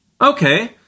Okay